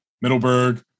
Middleburg